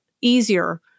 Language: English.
easier